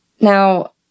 Now